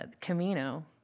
Camino